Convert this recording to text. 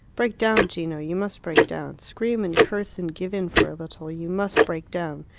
break down, gino you must break down. scream and curse and give in for a little you must break down.